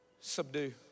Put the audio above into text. subdue